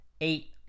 eight